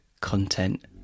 content